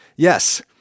Yes